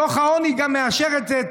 דוח העוני גם מאשר את זה.